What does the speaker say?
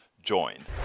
join